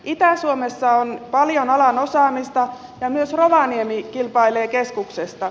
itä suomessa on paljon alan osaamista ja myös rovaniemi kilpailee keskuksesta